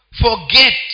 forget